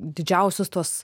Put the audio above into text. didžiausius tos